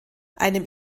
einem